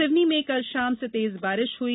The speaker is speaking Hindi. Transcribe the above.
सिवनी में कल शाम से तेज बारिश हुई